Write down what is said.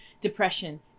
depression